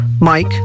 Mike